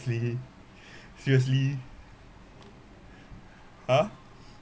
seriously ah